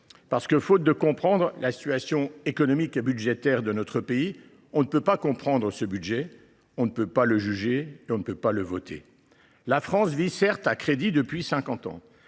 recul. Faute de comprendre la situation économique et budgétaire de notre pays, on ne peut pas comprendre ce budget, on ne peut pas le juger, on ne peut pas le voter. La France vit certes à crédit depuis cinquante